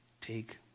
Take